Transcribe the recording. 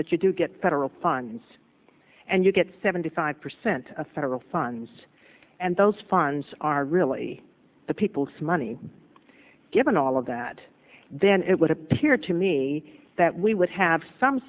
that you do get federal funds and you get seventy five percent of federal funds and those funds are really the people's money given all of that then it would appear to me that we would have some